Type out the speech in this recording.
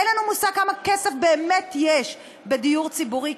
אין לנו מושג כמה כסף באמת יש בדיור ציבורי,